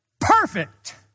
perfect